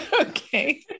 Okay